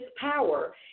power